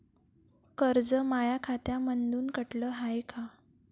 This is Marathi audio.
कर्ज माया खात्यामंधून कटलं हाय का?